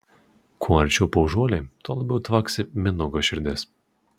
kuo arčiau paužuoliai tuo labiau tvaksi mindaugo širdis